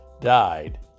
died